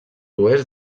oest